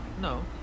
no